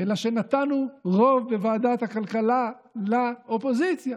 אלא שנתנו רוב בוועדת הכלכלה לאופוזיציה,